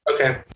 Okay